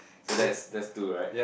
so that's that's two right